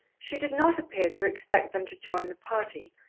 she did not appear to expect them to join the party,